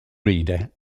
reader